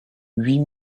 huit